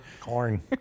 corn